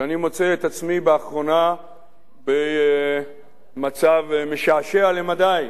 שאני מוצא את עצמי באחרונה במצב משעשע למדי,